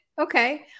Okay